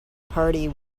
party